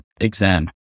exam